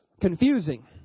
confusing